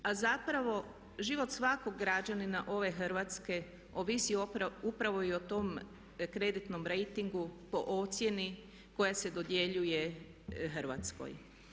A zapravo život svakog građanina ove Hrvatske ovisi upravo i o tom kreditnom rejtingu po ocjeni koja se dodjeljuje Hrvatskoj.